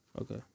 Okay